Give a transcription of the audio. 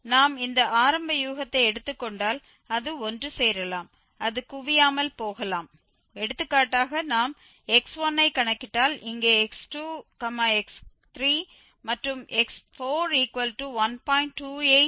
நாம் இந்த ஆரம்ப யூகத்தை எடுத்துக் கொண்டால் அது ஒன்றுசேரலாம் அது குவியாமல் போகலாம் எடுத்துக்காட்டாக நாம் x1ஐ கணக்கிட்டால் இங்கே x2 x3